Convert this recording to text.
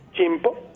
Chimpo